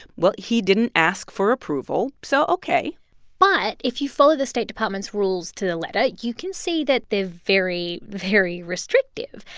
well, he didn't ask for approval. so ok but if you follow the state department's rules to the letter, you can see that they're very, very restrictive.